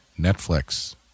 Netflix